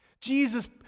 Jesus